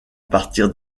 partir